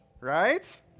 right